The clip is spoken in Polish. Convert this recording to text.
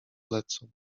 lecą